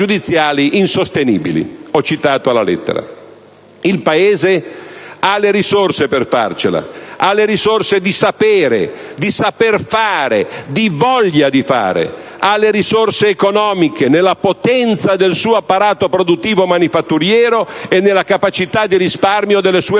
insostenibili». Il Paese ha le risorse per farcela. Ha le risorse di sapere, di saper fare, di voglia di fare. Ha le risorse economiche, nella potenza del suo apparato produttivo manifatturiero e nella capacità di risparmio delle sue famiglie.